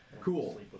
Cool